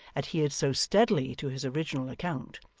adhered so steadily to his original account,